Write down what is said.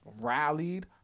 rallied